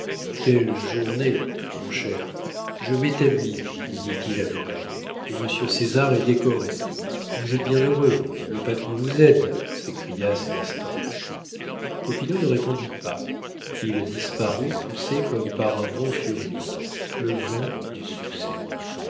quelle journée mon cher je m'établis lui dit-il à l'oreille et monsieur césar est décoré vous êtes bien heureux le patron vous aide s'écria célestin popinot ne répondit pas il disparut poussé comme par un vent furieux le vent du succès